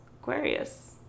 Aquarius